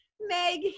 Meg